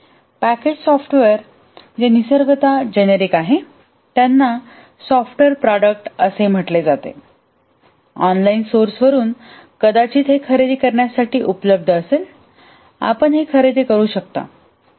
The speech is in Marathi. पॅकेज्ड सॉफ्टवेअर जे निसर्गतः जेनेरिक आहेत त्यांना सॉफ्टवेअर प्रॉडक्ट असे म्हटले जाते ऑनलाइन सोर्सवरून कदाचित हे खरेदी करण्यासाठी उपलब्ध असेल आपण हे खरेदी करू शकता